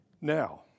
Now